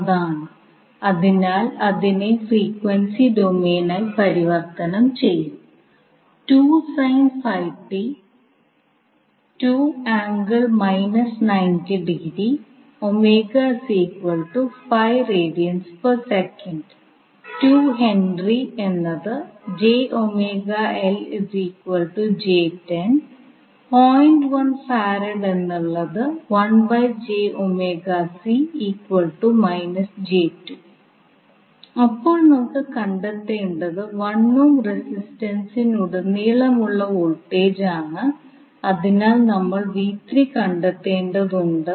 ഈ സൂപ്പർ നോഡിൽ കെസിഎൽ പ്രയോഗിക്കുകയാണെങ്കിൽ ലഭിക്കുന്നത് ഒരു കറന്റ് ഉള്ളിലേക്ക് പോകുമ്പോൾ നിങ്ങൾക്ക് 3 ആമ്പിയർ ലഭിക്കും മറ്റ് 3 വൈദ്യുത പ്രവാഹങ്ങൾ പുറത്തേക്കാണ്